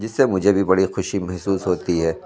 جس سے مجھے بھی بڑی خوشی محسوس ہوتی ہے